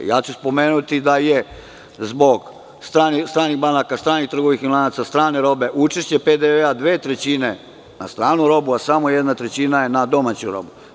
Spomenuću da je zbog stranih banaka, stranih trgovinskih lanaca, strane robe učešće PDV dve trećine za stranu robu, a samo jedna trećina je na domaću robu.